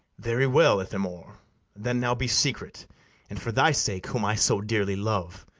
very well, ithamore then now be secret and, for thy sake, whom i so dearly love,